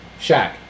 Shaq